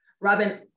Robin